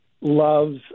loves